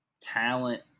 talent